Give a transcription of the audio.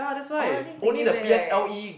honestly thinking back right